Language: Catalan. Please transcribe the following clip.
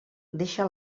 deixa